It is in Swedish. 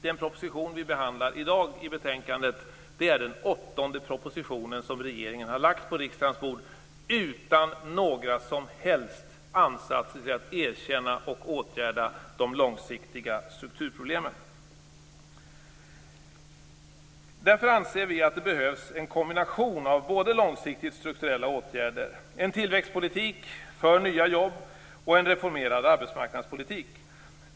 Den proposition som vi behandlar i betänkandet är den åttonde proposition som regeringen har lagt fram på riksdagens bord utan några som helst ansatser till att erkänna och åtgärda de långsiktiga strukturproblemen. Därför anser vi att det behövs en kombination av såväl långsiktigt strukturella åtgärder som en tillväxtpolitik för nya jobb och en reformerad arbetsmarknadspolitik.